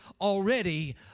already